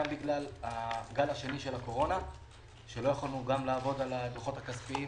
גם בגלל הגל השני של הקורונה שלא יכולנו גם לעבוד על הדוחות הכספיים